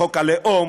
חוק הלאום,